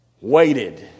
Waited